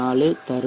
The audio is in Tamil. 4 தரும்